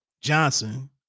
Johnson